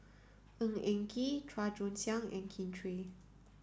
Ng Eng Kee Chua Joon Siang and Kin Chui